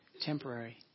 temporary